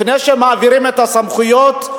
לפני שמעבירים את הסמכויות,